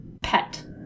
pet